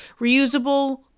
reusable